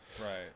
right